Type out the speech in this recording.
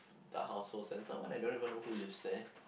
the household center one I don't even know who lives there